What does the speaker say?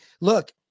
look